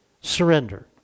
surrender